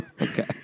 Okay